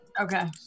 Okay